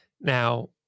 now